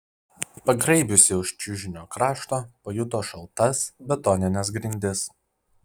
pagraibiusi už čiužinio krašto pajuto šaltas betonines grindis